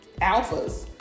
Alpha's